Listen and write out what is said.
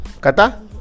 kata